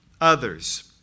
others